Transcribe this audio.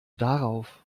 darauf